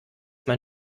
mein